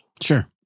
Sure